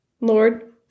Lord